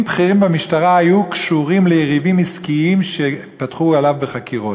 בכירים במשטרה היו קשורים ליריבים עסקיים שפתחו עליו בחקירות.